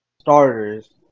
starters